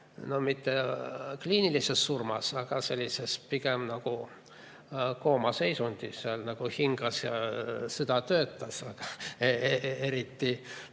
no mitte kliinilises surmas, aga sellises pigem nagu koomaseisundis – hingas ja süda töötas, aga eriti